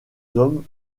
hommes